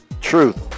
Truth